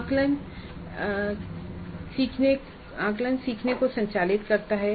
आकलन सीखने को संचालित करता है